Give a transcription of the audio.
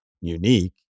unique